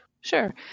Sure